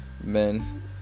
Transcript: men